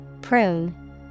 Prune